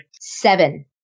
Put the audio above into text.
Seven